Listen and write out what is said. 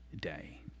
day